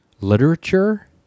literature